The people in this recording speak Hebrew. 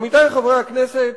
עמיתי חברי הכנסת,